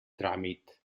tràmit